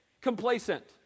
complacent